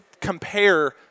compare